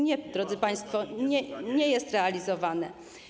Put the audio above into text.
Nie, drodzy państwo, nie jest realizowane.